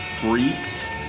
freaks